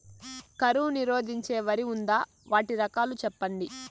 కరువు నిరోధించే వరి ఉందా? వాటి రకాలు చెప్పండి?